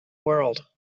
world